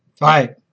right